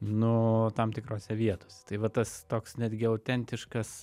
nu tam tikrose vietose tai va tas toks netgi autentiškas